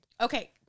Okay